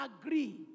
agree